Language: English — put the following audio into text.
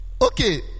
Okay